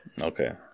Okay